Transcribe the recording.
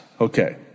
Okay